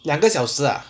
两个小时 ah